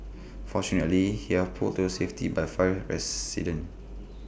fortunately he had pulled to safety by five residents